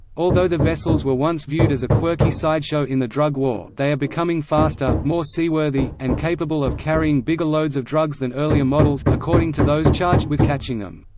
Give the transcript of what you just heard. although the vessels were once viewed as a quirky sideshow in the drug war, they are becoming faster, more seaworthy, and capable of carrying bigger loads of drugs than earlier models, according to those charged with catching them.